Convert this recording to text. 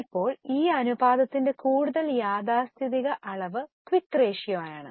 ഇപ്പോൾ ഈ അനുപാതത്തിന്റെ കൂടുതൽ യാഥാസ്ഥിതിക അളവ് ക്വിക്ക് റേഷ്യോ ആണ്